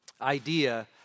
idea